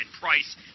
price